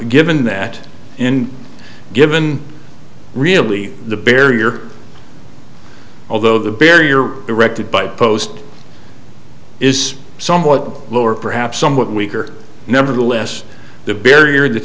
given that in given really the barrier although the barrier erected by post is somewhat lower perhaps somewhat weaker nevertheless the barrier that